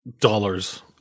dollars